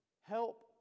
help